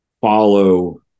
follow